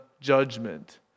Judgment